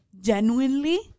genuinely